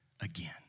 again